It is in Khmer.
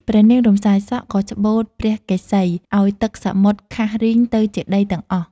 ព្រះនាង រំសាយសក់ ក៏ច្បូតព្រះកេសី ឲ្យទឹកសមុទ្រខៈរឹងទៅជាដីទាំងអស់ ។